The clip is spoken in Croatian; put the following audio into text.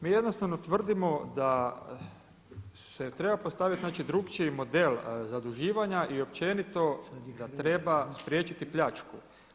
Mi jednostavno tvrdimo da se treba postaviti znači drukčiji model zaduživanja i općenito treba spriječiti pljačku.